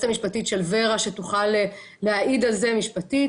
המשפטית של ור"ה שתוכל להעיד על זה משפטית.